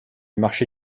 marché